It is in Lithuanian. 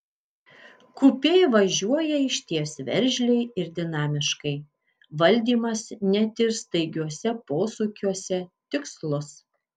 kupė važiuoja išties veržliai ir dinamiškai valdymas net ir staigiuose posūkiuose tikslus